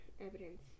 evidence